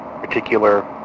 particular